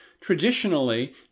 Traditionally